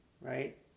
right